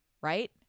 Right